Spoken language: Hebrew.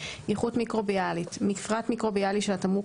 3. איכות מיקרוביאלית: 3.1. מפרט מיקרוביאלי של התמרוק